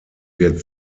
wird